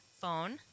phone